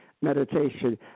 meditation